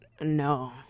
no